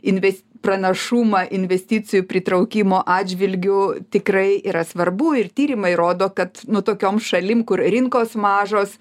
inves pranašumą investicijų pritraukimo atžvilgiu tikrai yra svarbu ir tyrimai rodo kad nu tokiom šalim kur rinkos mažos